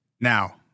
Now